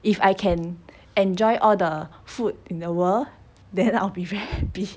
if I can enjoy all the food in the world then I'll be very happy